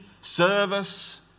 service